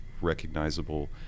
recognizable